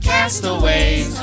Castaways